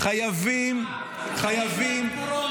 ------ יש שנת קורונה.